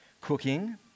cooking